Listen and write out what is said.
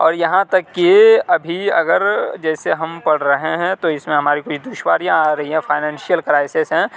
اور یہاں تک کہ ابھی اگر جیسے ہم پڑھ رہے ہیں تو اس میں ہماری کوئی دشواریاں آ رہی ہیں فائنانشیل کرائسیس ہیں